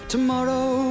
Tomorrow